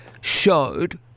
showed